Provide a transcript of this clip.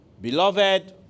Beloved